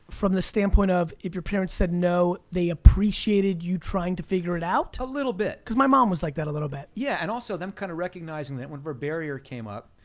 from the standpoint of, if your parents said no, they appreciated you trying to figure it out? a little bit. cause my mom was like that a little bit. yeah, and also them kind of recognizing that whenever a barrier came up,